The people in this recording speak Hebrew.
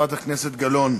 חברת הכנסת גלאון,